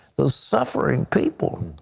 those suffering people.